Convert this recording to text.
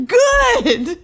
good